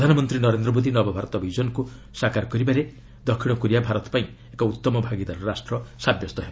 ପ୍ରଧାନମନ୍ତ୍ରୀ ନରେନ୍ଦ୍ର ମୋଦି ନଭଭାରତ ଭିଜନକୁ ସାକାର କରିବାରେ ଦକ୍ଷିଣ କୋରିଆ ଭାରତ ପାଇଁ ଏକ ଉତ୍ତମ ଭାଗିଦାର ରାଷ୍ଟ୍ର ସାବ୍ୟସ୍ତ ହେବ